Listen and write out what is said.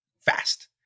fast